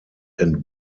and